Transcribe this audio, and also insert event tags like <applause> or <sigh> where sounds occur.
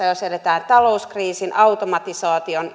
<unintelligible> jossa eletään talouskriisi automatisaatio